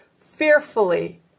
fearfully